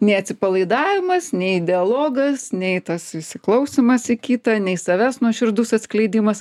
nei atsipalaidavimas nei dialogas nei tas įsiklausymas į kitą nei savęs nuoširdus atskleidimas